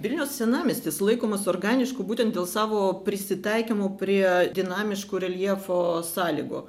vilniaus senamiestis laikomas organišku būtent dėl savo prisitaikymo prie dinamiškų reljefo sąlygų